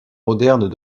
modernes